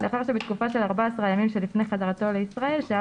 לאחר שבתקופה של 14 הימים שלפני חזרתו לישראל שהה